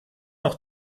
noch